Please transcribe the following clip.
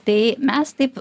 tai mes taip